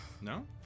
No